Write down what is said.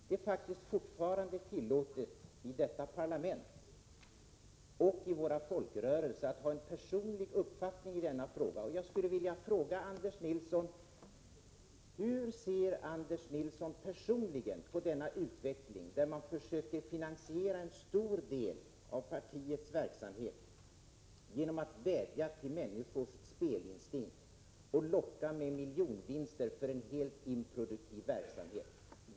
Det är faktiskt fortfarande tillåtet i detta parlament och i våra folkrörelser att ha en personlig uppfattning i denna fråga. Jag vill fråga Anders Nilsson hur han personligen ser på denna utveckling, där man försöker finansiera en stor del av partiets verksamhet genom att vädja till människors spelinstinkt och locka med miljonvinster för en helt improduktiv verksamhet.